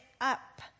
up